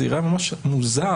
זה ייראה ממש מוזר.